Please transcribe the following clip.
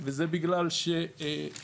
וזה בגלל שאני,